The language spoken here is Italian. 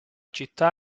città